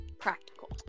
practical